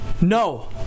No